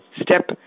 step